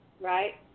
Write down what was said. right